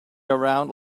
around